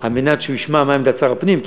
על מנת שהוא ישמע מה עמדת שר הפנים.